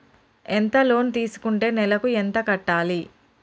ఎంత లోన్ తీసుకుంటే నెలకు ఎంత కట్టాలి?